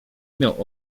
miał